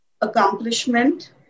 accomplishment